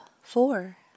four